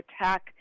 attack